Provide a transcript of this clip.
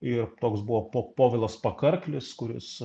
ir toks buvo po povilas pakarklis kuris